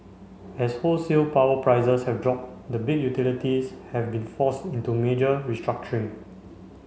as wholesale power prices have dropped the big utilities have been forced into major restructuring